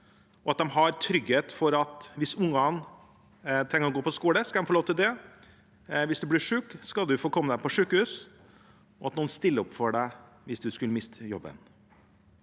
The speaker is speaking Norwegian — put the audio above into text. at de har trygghet for at hvis ungene trenger å gå på skole, skal de få lov til det, at hvis du blir syk, skal du få komme på sykehus, og at noen stiller opp for deg hvis du skulle miste jobben.